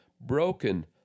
broken